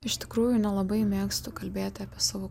iš tikrųjų nelabai mėgstu kalbėti apie savo